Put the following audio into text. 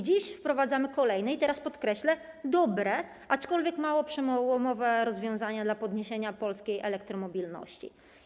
Dziś wprowadzamy kolejne, teraz podkreślę, dobre, aczkolwiek mało przełomowe rozwiązania dla podniesienia polskiej elektromobilności.